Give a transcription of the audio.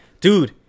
Dude